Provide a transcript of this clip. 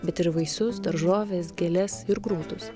bet ir vaisius daržoves gėles ir grūdus